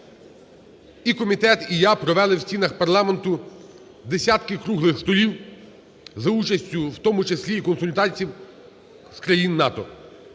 І комітет, і я провели у стінах парламенту десятки круглих столів за участю в тому числі і консультантів з країн НАТО.